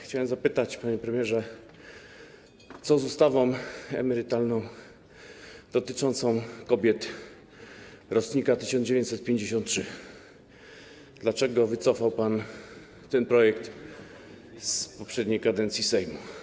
Chciałem zapytać, panie premierze, co z ustawą emerytalną dotyczącą kobiet z rocznika 1953, dlaczego wycofał pan ten projekt w poprzedniej kadencji Sejmu.